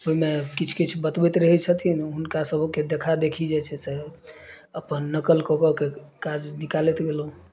ओहिमे किछु किछु बतबैत रहै छथिन हुनका सभके देखा देखी जे छै से अपन नकल कऽ कऽ काज निकालैत गेलहुॅं